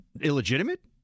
illegitimate